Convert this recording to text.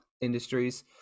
Industries